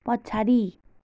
पछाडि